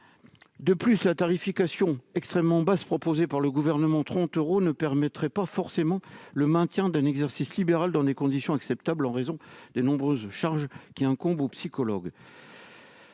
De plus, la tarification très basse, à 30 euros, proposée par le Gouvernement, ne serait pas favorable au maintien d'un exercice libéral dans des conditions acceptables, en raison des nombreuses charges qui incombent aux psychologues.